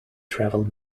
travel